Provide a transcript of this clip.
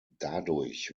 dadurch